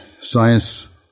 science